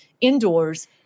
indoors